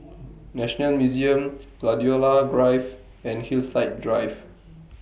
National Museum Gladiola Drive and Hillside Drive